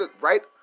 right